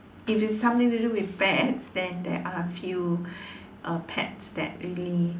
if it's something to do with pets then there are a few uh pets that really